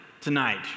tonight